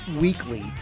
weekly